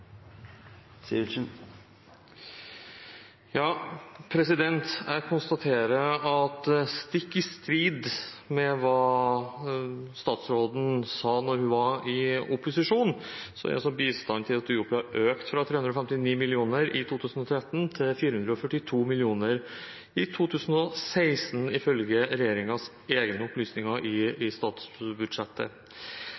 Jeg konstaterer at stikk i strid med det statsråden sa da hun var i opposisjon, er bistanden til Etiopia økt fra 359 mill. kr i 2013 til 442 mill. kr i 2016, ifølge regjeringens egne opplysninger i